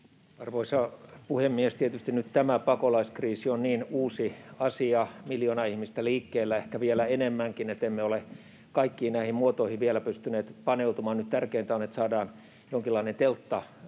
Arvoisa puhemies! Tietysti nyt tämä pakolaiskriisi on niin uusi asia, miljoona ihmistä liikkeellä, ehkä vielä enemmänkin, että emme ole kaikkiin näihin muotoihin vielä pystyneet paneutumaan. Nyt tärkeintä on, että saadaan jonkinlainen teltta